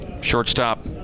shortstop